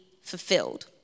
fulfilled